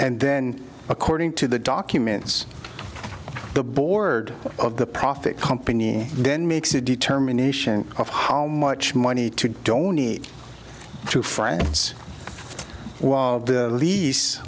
and then according to the documents the board of the profit company then makes a determination of how much money to don't need to france the lease